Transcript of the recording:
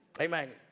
Amen